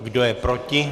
Kdo je proti?